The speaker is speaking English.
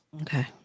Okay